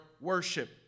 worship